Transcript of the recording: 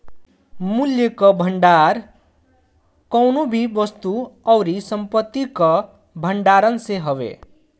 मूल्य कअ भंडार कवनो भी वस्तु अउरी संपत्ति कअ भण्डारण से हवे